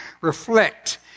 reflect